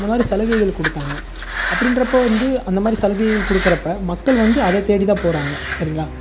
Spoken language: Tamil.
இந்த மாதிரி சலுகைகள் கொடுத்தாங்க அப்படின்றப்ப வந்து அந்த மாதிரி சலுகைகள் கொடுக்குறப்ப மக்கள் வந்து அதை தேடிதான் போகிறாங்க சரிங்களா